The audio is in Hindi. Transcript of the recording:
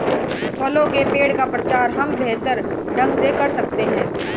फलों के पेड़ का प्रचार हम बेहतर ढंग से कर सकते हैं